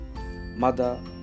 mother